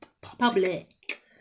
Public